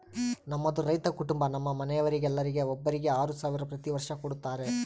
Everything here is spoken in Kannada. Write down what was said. ನಮ್ಮದು ರೈತ ಕುಟುಂಬ ನಮ್ಮ ಮನೆಯವರೆಲ್ಲರಿಗೆ ಒಬ್ಬರಿಗೆ ಆರು ಸಾವಿರ ಪ್ರತಿ ವರ್ಷ ಕೊಡತ್ತಾರೆ